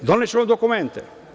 Doneću vam dokumente.